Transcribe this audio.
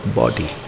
body